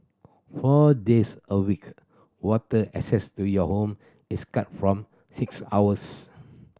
four days a week water access to your home is cut form six hours